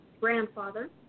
grandfather